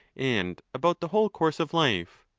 and about the whole course of life.